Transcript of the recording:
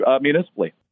municipally